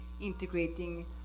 integrating